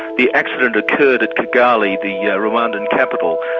the accident occurred at kigali, the yeah rwandan capital.